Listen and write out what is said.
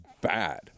bad